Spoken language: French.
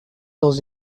dans